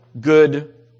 good